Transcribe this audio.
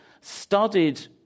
studied